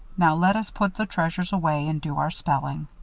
now let us put the treasures away and do our spelling,